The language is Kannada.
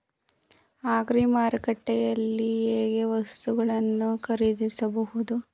ಅಗ್ರಿ ಮಾರುಕಟ್ಟೆಯಲ್ಲಿ ಹೇಗೆ ವಸ್ತುಗಳನ್ನು ಖರೀದಿಸಬಹುದು?